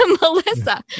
Melissa